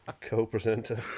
co-presenter